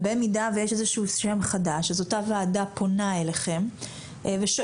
במידה שיש איזה שהוא שם חדש אז אותה ועדה פונה אליכם ושואלת